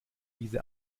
diese